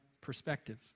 perspective